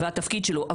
והתפקיד שלו,